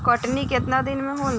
कटनी केतना दिन में होला?